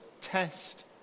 test